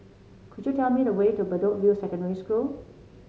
could you tell me the way to Bedok View Secondary School